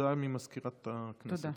הודעה לסגנית מזכיר הכנסת.